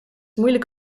moeilijk